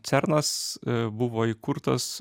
cernas a buvo įkurtas